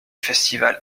festival